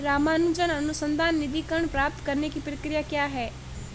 रामानुजन अनुसंधान निधीकरण प्राप्त करने की प्रक्रिया क्या है?